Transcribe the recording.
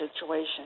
situation